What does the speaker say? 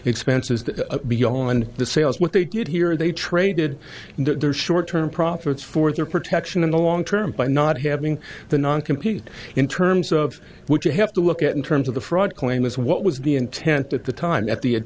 expenses beyond the sales what they did here they traded in their short term profits for their protection in the long term by not having the non compete in terms of which you have to look at in terms of the fraud claim is what was the intent at the time at the